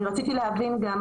אני רציתי להבין גם,